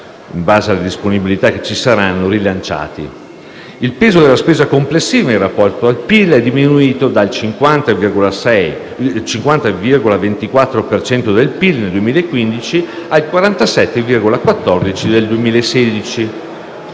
Il peso della spesa complessiva, in rapporto al PIL, è diminuito dal 50,24 per cento del PIL nel 2015 al 47,14 per cento